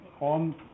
on